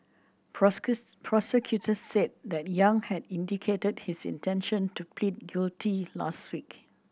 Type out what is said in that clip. prosecutors said that Yang had indicated his intention to plead guilty last week